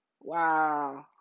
Wow